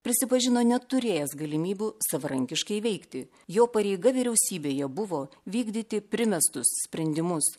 prisipažino neturėjęs galimybių savarankiškai veikti jo pareiga vyriausybėje buvo vykdyti primestus sprendimus